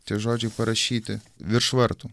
tie žodžiai parašyti virš vartų